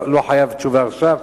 זה לא מחייב תשובה עכשיו,